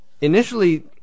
initially